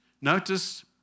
Notice